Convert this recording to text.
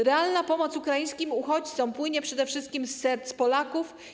Realna pomoc ukraińskim uchodźcom płynie przede wszystkim z serc Polaków.